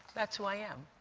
that's what i um